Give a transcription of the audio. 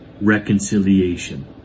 reconciliation